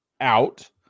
out